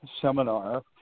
seminar